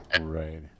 Right